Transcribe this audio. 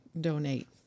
donate